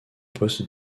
poste